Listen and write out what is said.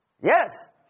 Yes